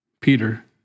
Peter